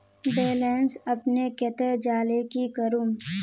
Balance अपने कते जाले की करूम?